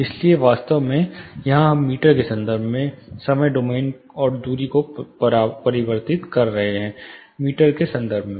इसलिए वास्तव में यहां हम मीटर के संदर्भ में समय डोमेन और दूरी को परिवर्तित कर रहे हैं मीटर के संदर्भ में